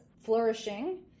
flourishing